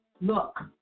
look